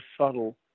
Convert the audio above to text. subtle